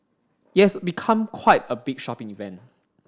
it has become quite a big shopping event